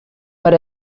per